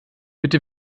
bitte